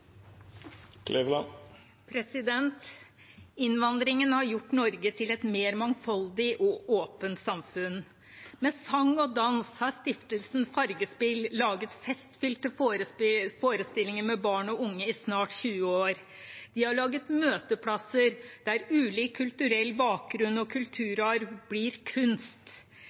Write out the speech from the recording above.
Innvandringen har gjort Norge til et mer mangfoldig og åpent samfunn. Med sang og dans har stiftelsen Fargespill laget festfylte forestillinger med barn og unge i snart 20 år. De har laget møteplasser der ulik kulturell bakgrunn og kulturarv blir kunst.